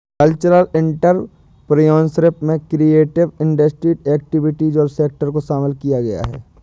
cultural entrepreneurship में creative industry activities और sector को शामिल किया गया है